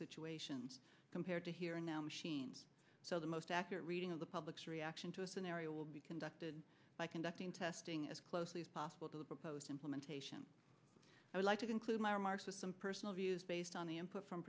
situations compared to here and now machines so the most accurate reading of the public's reaction to a scenario will be conducted by conducting testing as closely as possible to the proposed implementation i would like to conclude my remarks with some personal views based on the input from